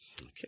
Okay